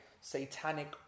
Satanic